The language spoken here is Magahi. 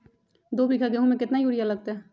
दो बीघा गेंहू में केतना यूरिया लगतै?